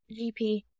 GP